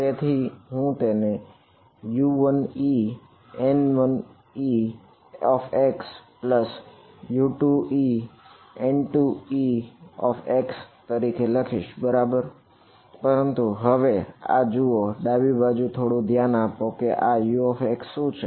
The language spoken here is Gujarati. તેથી હું તેને U1eN1exU2eN2ex તરીકે લખીશ બરાબર પરંતુ હવે આ જુઓ હવે ડાબી બાજુએ થોડું ધ્યાન આપો કે આ Ux શું છે